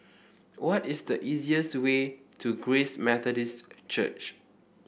what is the easiest way to Grace Methodist Church